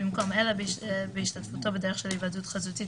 במקום "אלא בהשתתפותו בדרך של היוועדות חזותית,